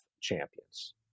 champions